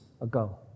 ago